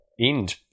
end